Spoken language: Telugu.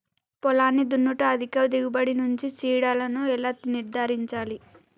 పొలాన్ని దున్నుట అధిక దిగుబడి నుండి చీడలను ఎలా నిర్ధారించాలి?